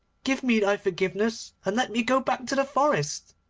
give me thy forgiveness, and let me go back to the forest